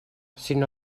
sinó